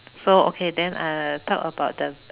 so okay then uh talk about the